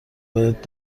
بهت